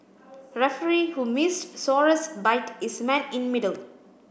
referee who missed Suarez bite is man in middle